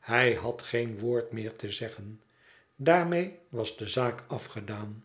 hij had geen woord meer te zeggen daarmee was de zaak afgedaan